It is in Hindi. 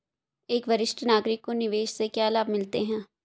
एक वरिष्ठ नागरिक को निवेश से क्या लाभ मिलते हैं?